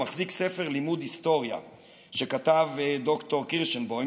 הוא מחזיק ספר לימוד היסטוריה שכתב ד"ר קירשנבוים